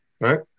right